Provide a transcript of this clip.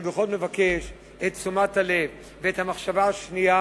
אני בכל זאת מבקש את תשומת הלב ואת המחשבה השנייה.